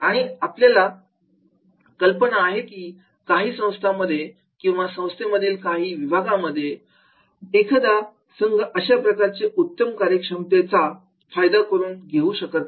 आणि आपल्याला कल्पना आहे की काही संस्थांमध्ये किंवा संस्थेमधल्या काही विभागांमध्ये एखादा संघ अशा प्रकारच्या उत्तम कार्यक्षमतेचा फायदा करून घेऊ शकत नाही